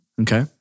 Okay